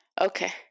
Okay